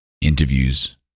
interviews